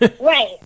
Right